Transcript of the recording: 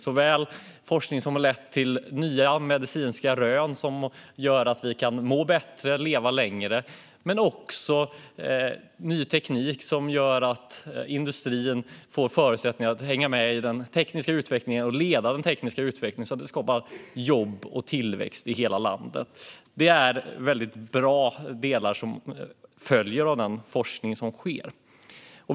Det handlar om forskning som har lett till nya medicinska rön, som gör att vi kan må bättre och leva längre. Men det handlar också om ny teknik som gör att industrin får förutsättningar att hänga med i den tekniska utvecklingen och leda den tekniska utvecklingen, så att det skapas jobb och tillväxt i hela landet. Det är väldigt bra delar som följer av den forskning som sker.